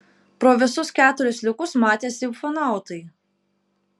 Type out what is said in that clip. pro visus keturis liukus matėsi ufonautai